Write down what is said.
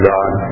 God